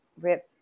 Rip